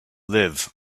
live